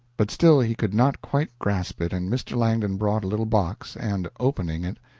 but still he could not quite grasp it, and mr. langdon brought a little box and, opening it,